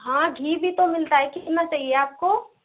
हाँ घी भी तो मिलता है कितना चाहिए आपको